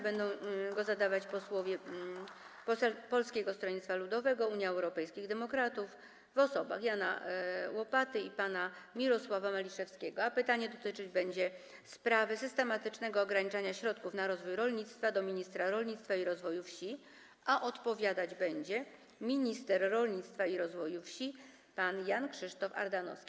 Będą je zadawać posłowie Polskiego Stronnictwa Ludowego - Unii Europejskich Demokratów w osobach pana Jana Łopaty i pana Mirosława Maliszewskiego, a pytanie dotyczyć będzie sprawy systematycznego ograniczania środków na rozwój rolnictwa - do ministra rolnictwa i rozwoju wsi, a odpowiadać będzie minister rolnictwa i rozwoju wsi pan Jan Krzysztof Ardanowski.